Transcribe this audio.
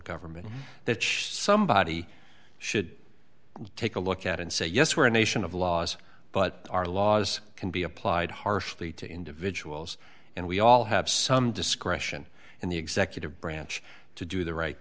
government that somebody should take a look at and say yes we're a nation of laws but our laws can be applied harshly to individuals and we all have some discretion and the executive branch to do the right